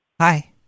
Hi